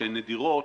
שהן נדירות,